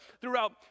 throughout